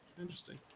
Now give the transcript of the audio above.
interesting